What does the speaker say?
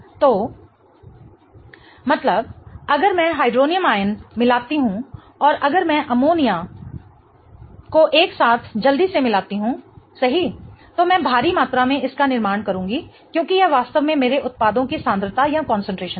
तो Keq 10 10 - Keq 10 11 मतलब अगर मैं हाइड्रोनियम आयन मिलाती हूं और अगर मैं अमोनिया को एक साथ जल्दी से मिलाती हूं सही तो मैं भारी मात्रा में इसका निर्माण करूंगी क्योंकि यह वास्तव में मेरे उत्पादों की सांद्रता है